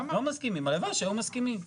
הלוואי שהיו מסכימים.